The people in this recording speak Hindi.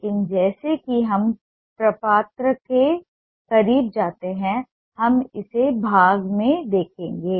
लेकिन जैसा कि हम प्रपत्र के करीब जाते हैं हम इसे भाग में देखेंगे